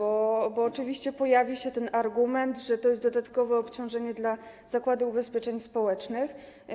Oczywiście pojawi się argument, że to jest dodatkowe obciążenie dla Zakładu Ubezpieczeń Społecznych.